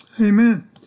Amen